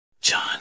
John